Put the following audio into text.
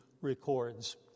records